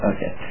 Okay